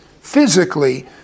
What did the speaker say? physically